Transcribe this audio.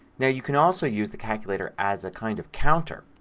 yeah you can also use the calculator as a kind of counter.